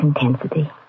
intensity